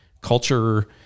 culture